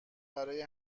برای